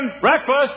breakfast